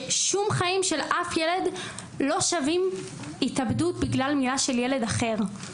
ששום חיים של אף ילד לא שווים התאבדות בגלל מילה של ילד אחר.